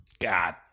God